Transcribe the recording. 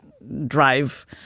drive